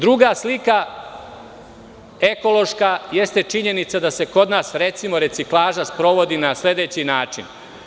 Druga slika ekološka jeste činjenica da se kod nas recimo, reciklaža sprovodi na sledeći način.